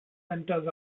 winters